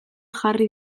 jarri